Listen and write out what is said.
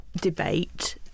debate